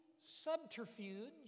subterfuge